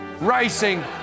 racing